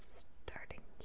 starting